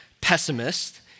pessimist